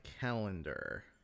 calendar